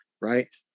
right